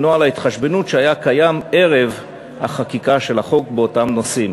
נוהל ההתחשבנות שהיה קיים ערב החקיקה של החוק באותם נושאים.